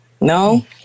no